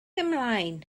ymlaen